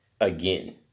again